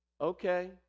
Okay